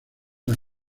las